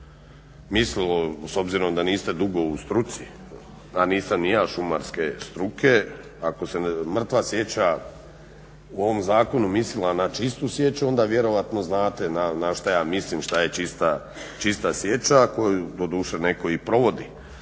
ako se mrtva sječa u ovom zakonu mislila na čistu sječu onda vjerojatno znate na šta ja mislim šta je čista sječa koju doduše netko i provodi